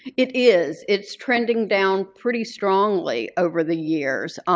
it is. it's trending down pretty strongly over the years.